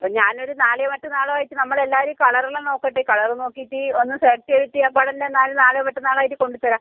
അപ്പോൾ ഞാൻ ഒരു നാളെയോ മറ്റന്നാളോ ആയിട്ട് നമ്മൾ എല്ലാവരുടെയും കളർ എല്ലാം നോക്കട്ടെ കളർ നോക്കിയിട്ട് ഒന്ന് സെലക്ട് ചെയ്തിട്ട് അപ്പാടെതന്നെ എന്നാൽ നാളെയോ മറ്റന്നാളോ ആയിട്ട് കൊണ്ടുതരാം